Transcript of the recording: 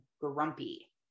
grumpy